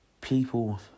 people